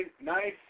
nice